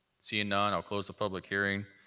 seeing none, i'll close the public hearing.